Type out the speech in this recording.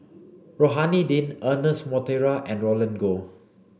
Rohani Din Ernest Monteiro and Roland Goh